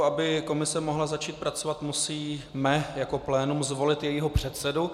Aby komise mohla začít pracovat, musíme jako plénum zvolit jejího předsedu.